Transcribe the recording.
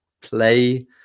play